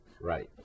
right